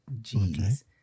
Jeez